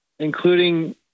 including